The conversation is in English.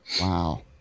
Wow